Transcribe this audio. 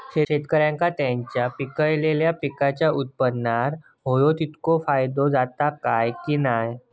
शेतकऱ्यांका त्यांचा पिकयलेल्या पीकांच्या उत्पन्नार होयो तितको फायदो जाता काय की नाय?